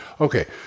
Okay